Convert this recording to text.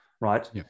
right